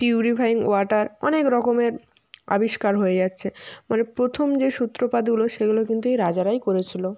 purifying water অনেক রকমের আবিষ্কার হয়ে যাচ্ছে মানে প্রথম যে সূত্রপাতগুলো সেগুলো কিন্তু এই রাজারাই করেছিলো